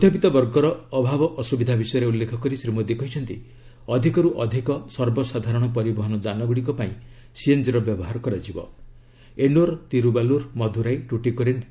ମଧ୍ୟବିତ୍ବର୍ଗର ଅଭାବ ଅସୁବିଧା ବିଷୟରେ ଉଲ୍ଲେଖ କରି ଶ୍ରୀ ମୋଦୀ କହିଛନ୍ତି ଅଧିକରୁ ଅଧିକ ସର୍ବସାଧାରଣ ପରିବହନ ଯାନଗୁଡ଼ିକ ପାଇଁ ସିଏନ୍ଜିର ବ୍ୟବହାର ଏନୋର୍ ଡିରୁବାଲୁର୍ ମଦୁରାଇ ଟୁଟିକୋରିନ୍ କରାଯିବ